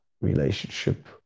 relationship